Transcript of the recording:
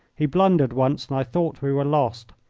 he blundered once and i thought we were lost,